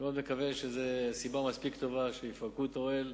אני מאוד מקווה שזאת סיבה מספיק טובה שיפרקו את האוהל